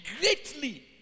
greatly